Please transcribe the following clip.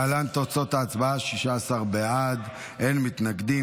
להלן תוצאות ההצבעה: 16 בעד, אין מתנגדים.